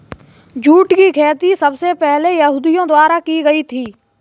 jute की खेती सबसे पहले यहूदियों द्वारा की गयी थी